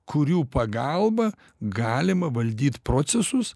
kurių pagalba galima valdyt procesus